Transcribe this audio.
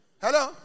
Hello